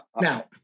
Now-